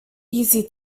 easy